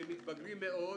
שמתבגרים מאוד,